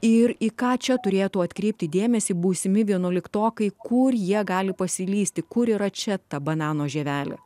ir į ką čia turėtų atkreipti dėmesį būsimi vienuoliktokai kur jie gali pasilysti kur yra čia ta banano žievelė